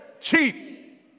cheap